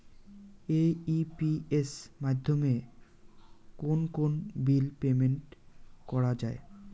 AEPS মাধ্যমে কোন কোন বিল পেমেন্ট করা যায়?